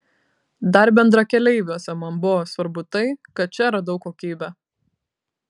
dar bendrakeleiviuose man buvo svarbu tai kad čia radau kokybę